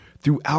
Throughout